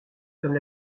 comme